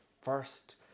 first